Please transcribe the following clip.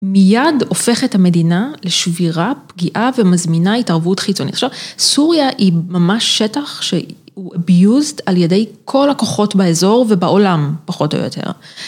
מיד הופכת המדינה לשבירה פגיעה ומזמינה התערבות חיצוני. עכשיו סוריה היא ממש שטח שהוא abused על ידי כל הכוחות באזור ובעולם פחות או יותר.